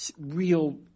real